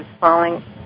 falling